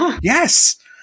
Yes